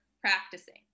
practicing